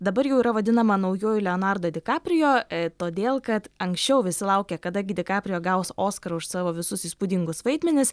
dabar jau yra vadinama naujuoju leonardo di kaprijo todėl kad anksčiau visi laukė kada gi di kaprio gaus oskarą už savo visus įspūdingus vaidmenis